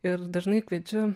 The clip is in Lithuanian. ir dažnai kviečiu